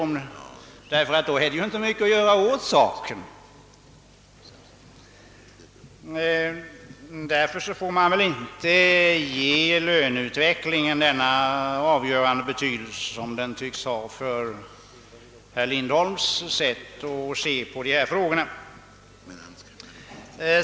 Man kan väl inte göra gällande att löneutvecklingen har den avgörande betydelse, som den tycks ha enligt herr Lindholms sätt att se på dessa frågor.